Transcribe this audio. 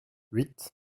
huit